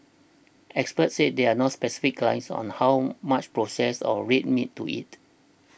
experts said there are no specific guidelines on how much processed or red meat to eat